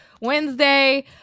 Wednesday